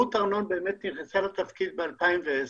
רות ארנון נכנסה לתפקיד ב-2010,